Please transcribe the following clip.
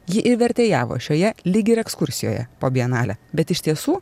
ji ir vertėjavo šioje lyg ir ekskursijoje po bienalę bet iš tiesų